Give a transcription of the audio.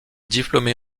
diplômée